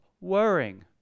worrying